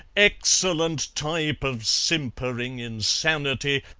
excellent type of simpering insanity!